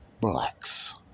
blacks